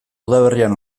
udaberrian